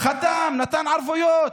הוא חתם, נתן ערבויות.